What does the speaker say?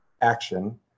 action